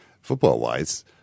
Football-wise